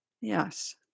Yes